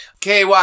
KY